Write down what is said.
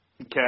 Okay